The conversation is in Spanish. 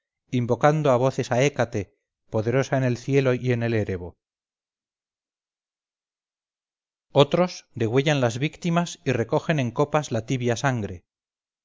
invocando a voces a hécate poderosa en el cielo y en el erebo otros degüellan las víctimas y recogen en copas la tibia sangre